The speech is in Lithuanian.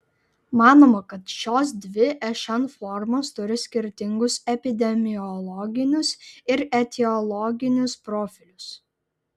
manoma kad šios dvi šn formos turi skirtingus epidemiologinius ir etiologinius profilius